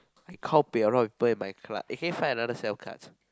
I kao pei a lot of people in my class eh can you find another set of cards